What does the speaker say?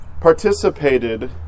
participated